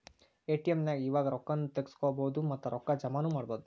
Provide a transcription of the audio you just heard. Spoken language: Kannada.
ಎ.ಟಿ.ಎಂ ನ್ಯಾಗ್ ಇವಾಗ ರೊಕ್ಕಾ ನು ತಗ್ಸ್ಕೊಬೊದು ಮತ್ತ ರೊಕ್ಕಾ ಜಮಾನು ಮಾಡ್ಬೊದು